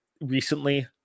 recently